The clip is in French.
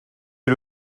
est